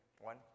One